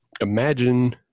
imagine